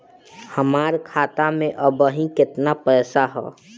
हमार खाता मे अबही केतना पैसा ह?